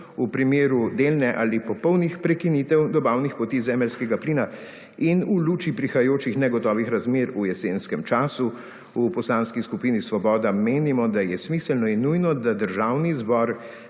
v primeru delne ali popolnih prekinitev dobavnih poti zemeljskega plina in v luči prihajajočih negotovih razmer v jesenskem času v Poslanski skupini Svoboda menimo, da je smiselno in nujno, da Državni zbor